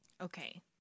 Okay